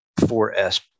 4S